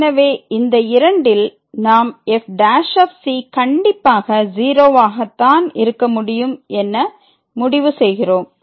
எனவே இந்த இரண்டில் நாம் f ' கண்டிப்பாக 0 வாக தான் இருக்க முடியும் என்ன முடிவு செய்கிறோம்